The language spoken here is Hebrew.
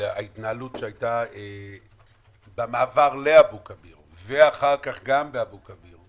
ההתנהלות שהייתה במעבר לאבו כביר ואחר כך גם באבו כביר,